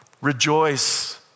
Rejoice